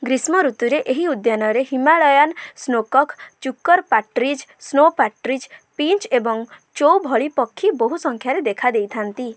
ଗ୍ରୀଷ୍ମ ଋତୁରେ ଏହି ଉଦ୍ୟାନରେ Himalayan snowcock chukar partridge snow partridge finch ଏବଂ ଚୌ ଭଳି ପକ୍ଷୀ ବହୁ ସଂଖ୍ୟାରେ ଦେଖା ଦେଇଥାନ୍ତି